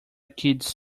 kids